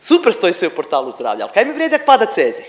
super stoji sve u portalu Zdravlja, ali kaj im vrijedi ak pada CEZIH.